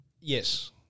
Yes